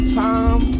time